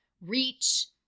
reach